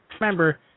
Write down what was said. Remember